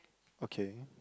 okay